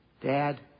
Dad